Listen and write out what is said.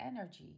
energy